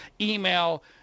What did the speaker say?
email